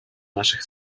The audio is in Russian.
наших